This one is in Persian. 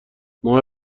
ماه